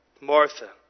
Martha